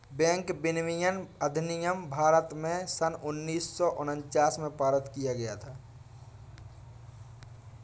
bank विनियमन अधिनियम भारत में सन उन्नीस सौ उनचास में पारित किया गया था